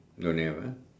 don't have ah